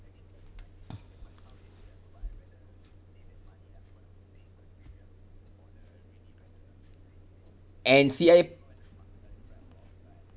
N_C_I